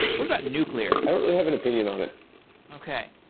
what about nuclear? i don't really have an opinion on it okay.